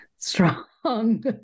strong